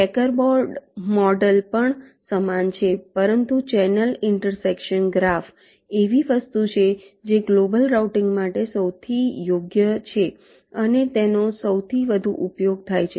checker board model પણ સમાન છે પરંતુ ચેનલ ઈન્ટરસેક્શન ગ્રાફ એવી વસ્તુ છે જે ગ્લોબલ રાઉટીંગ માટે સૌથી યોગ્ય છે અને તેનો સૌથી વધુ ઉપયોગ થાય છે